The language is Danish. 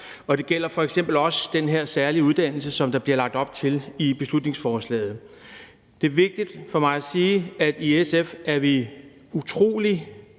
sig. Det gælder f.eks. også den særlige uddannelse, som der bliver lagt op til i beslutningsforslaget. Det er vigtigt for mig at sige, at vi i SF er utrolig